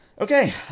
Okay